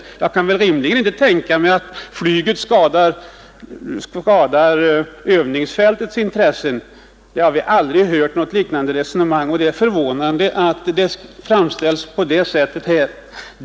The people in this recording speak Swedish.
Jag kan inte tänka mig att flyget skadar övningsfältets intressen. Vi har aldrig hört något liknande resonemang och det är förvånande att saken nu framställs på det sättet.